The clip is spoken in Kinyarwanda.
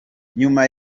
nyuma